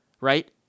right